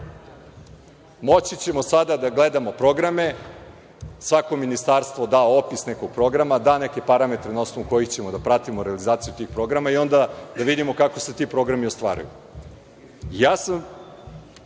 Moći ćemo sada da gledamo programe, svako ministarstvo da opis nekog programa, da neke parametre na osnovu koji ćemo da pratimo realizaciju tih programa i onda da vidimo kako se ti programi ostvaruju. Moram